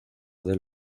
del